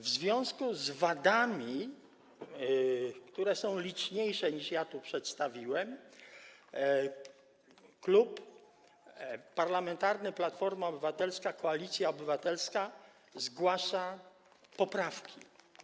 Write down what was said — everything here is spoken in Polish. W związku z wadami, które są liczniejsze, niż tu przedstawiłem, Klub Parlamentarny Platforma Obywatelska - Koalicja Obywatelska zgłasza poprawki.